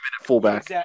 Fullback